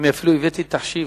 אני אפילו הבאתי תחשיב,